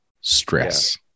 stress